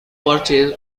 purchase